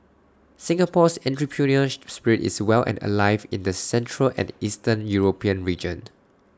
Singapore's entrepreneurial spirit is well and alive in the central and eastern european region